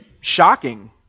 shocking